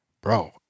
bro